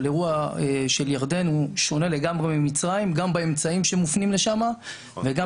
אבל האירוע של ירדן שונה לגמרי ממצרים גם באמצעים שמופנים לשם וגם